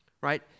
Right